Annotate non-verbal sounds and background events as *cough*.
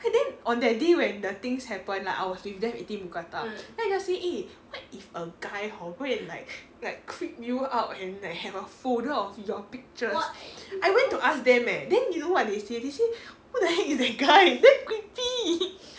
and that on that day when the things happen lah I was with them eating mookata then I just say eh what if a guy hor go and like like creep you out and like have a folder of your pictures I went to ask them leh then you know what they say they say who the heck is that guy damn creepy *laughs*